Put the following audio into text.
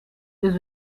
this